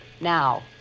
Now